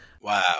Wow